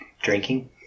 drinking